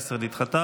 נדחתה.